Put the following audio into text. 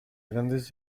grandes